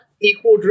equal